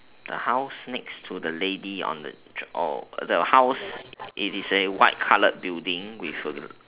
the house next to the lady on the oh the house it is a white coloured building with a